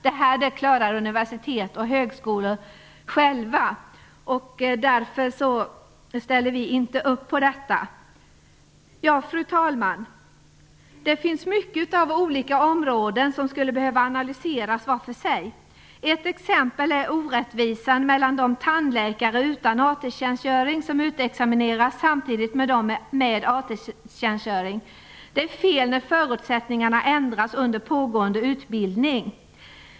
Detta klarar universitet och högskolor själva. Därför ställer vi inte upp på detta. Fru talman! Det finns mycket av olika områden som skulle behöva analyseras var för sig. Ett exempel är orättvisan när det gäller tandläkare utan AT tjänstgöring som utexamineras samtidigt med dem som har AT-tjänstgöring. Det är fel när förutsättningarna ändras under pågående utbildning.